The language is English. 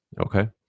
Okay